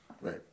Right